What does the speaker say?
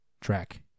track